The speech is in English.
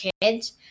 kids